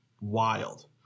wild